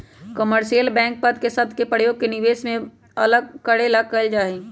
commercial bank पद के शब्द के प्रयोग निवेश बैंक से अलग करे ला कइल जा हई